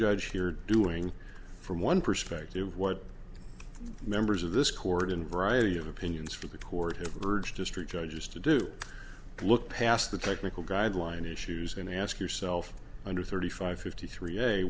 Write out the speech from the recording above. judge here doing from one perspective what members of this court in variety of opinions for the court have urged district judges to do look past the technical guideline issues going to ask yourself under thirty five fifty three